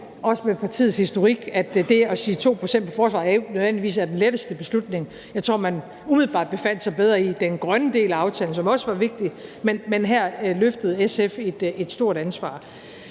også med partiets historik, at det at sige, at der skal bruges 2 pct. af bnp på forsvaret, jo ikke nødvendigvis er den letteste beslutning. Jeg tror, at man umiddelbart befandt sig bedre i den grønne del af aftalen, som også var vigtig, men her løftede SF et stort ansvar.